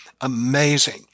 amazing